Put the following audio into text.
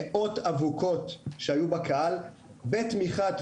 מאות אבוקות שהיו בקהל בתמיכת,